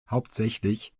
hauptsächlich